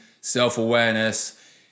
self-awareness